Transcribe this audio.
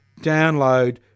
Download